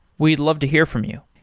we'd love to hear from you.